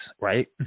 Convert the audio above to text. right